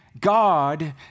God